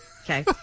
Okay